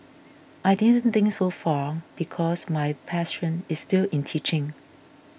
I didn't think so far because my passion is still in teaching